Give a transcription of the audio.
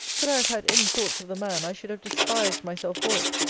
could i have had any thoughts of the man, i should have despised myself for it.